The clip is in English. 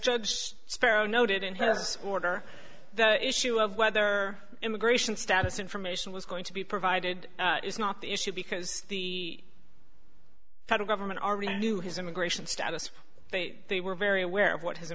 here sparrow noted in order the issue of whether immigration status information was going to be provided is not the issue because the federal government already knew his immigration status but they were very aware of what his